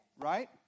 right